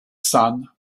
sun